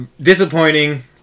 disappointing